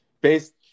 based